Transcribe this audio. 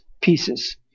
pieces